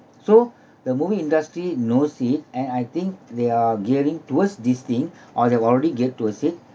so the movie industry knows it and I think they are gearing towards this thing or they were already geared towards it